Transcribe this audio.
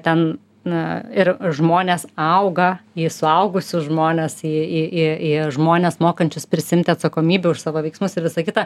ten na ir žmonės auga į suaugusius žmones į į į į žmones mokančius prisiimti atsakomybę už savo veiksmus ir visa kita